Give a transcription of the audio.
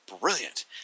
brilliant